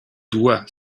doigt